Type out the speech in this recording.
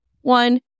one